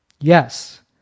yes